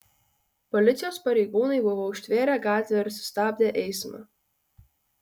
policijos pareigūnai buvo užtvėrę gatvę ir sustabdę eismą